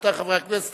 רבותי חברי הכנסת,